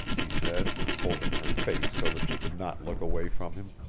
he said, holding her face so that she could not look away from him.